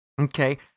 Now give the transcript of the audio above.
Okay